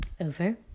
over